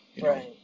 Right